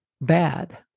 bad